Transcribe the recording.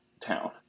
Town